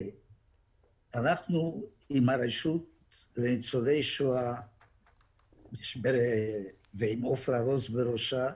אנחנו עם הרשות לניצולי שואה ועם עפרה רוס בראשה,